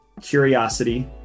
curiosity